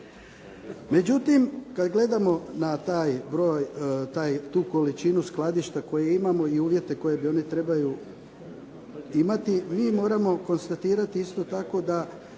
Međutim, kad gledamo na tu količinu skladišta koje imamo i uvjete koje oni trebaju imati mi moramo konstatirati isto tako da